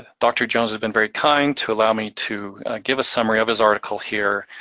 ah dr. jones has been very kind to allow me to give a summary of his article here.